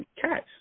catch